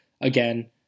again